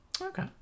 Okay